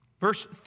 Verse